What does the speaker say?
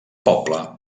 poble